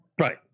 right